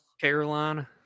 Carolina